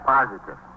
Positive